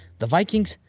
the vikings,